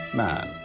man